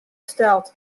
steld